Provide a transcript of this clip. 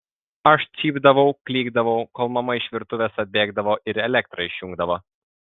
aš cypdavau klykdavau kol mama iš virtuvės atbėgdavo ir elektrą išjungdavo